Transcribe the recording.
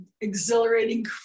exhilarating